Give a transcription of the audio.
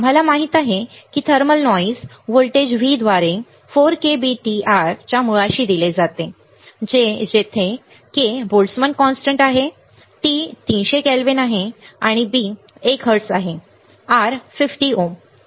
आम्हाला माहित आहे की थर्मल नॉईस व्होल्टेज V द्वारे 4 k B T R च्या मुळाशी दिले जाते जेथे k बोल्टझमॅन कॉन्स्टंट आहे T 300 केल्विन आहे B 1 हर्ट्झ आहे R 50 ओम बरोबर आहे